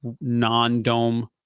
non-Dome